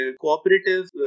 cooperative